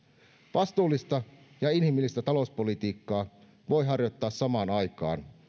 vastuullista ja inhimillistä talouspolitiikkaa voi harjoittaa samaan aikaan